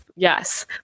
yes